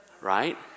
Right